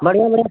बढ़ियाँ बढ़ियाँ